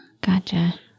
Gotcha